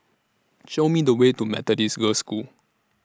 Show Me The Way to Methodist Girls' School